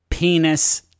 Penis